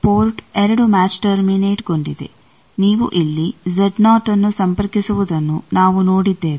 port 2 match ಟರ್ಮಿನೇಟ್ಗೊಂಡಿದೆ ನೀವು ಇಲ್ಲಿ ನ್ನು ಸಂಪರ್ಕಿಸುವುದನ್ನು ನಾವು ನೋಡಿದ್ದೇವೆ